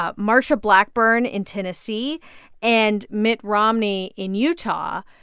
ah marsha blackburn in tennessee and mitt romney in utah.